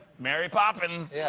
mary poppins. yeah